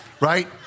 right